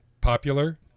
popular